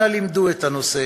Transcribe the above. אנא, למדו את הנושא